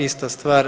Ista stvar.